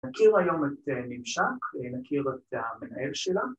‫נכיר היום את ממשק, ‫נכיר את המנהל שלה.